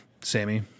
Sammy